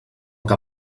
que